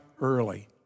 early